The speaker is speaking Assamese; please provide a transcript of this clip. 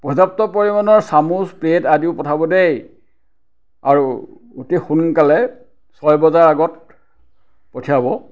পৰ্যাপ্ত পৰিমাণৰ চামুচ প্লেট আদিও পঠাব দেই আৰু অতি সোনকালে ছয় বজাৰ আগত পঠিয়াব